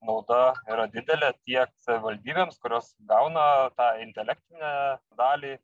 nauda yra didelė tiek savivaldybėms kurios gauna tą intelektinę dalį